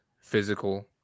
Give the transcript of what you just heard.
Physical